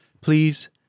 Please